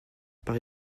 par